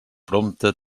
prompte